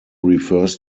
refers